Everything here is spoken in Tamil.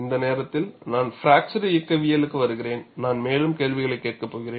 இந்த நேரத்தில் நான் பிராக்சர் இயக்கவியலுக்கு வருகிறேன் நான் மேலும் கேள்விகளைக் கேட்கப் போகிறேன்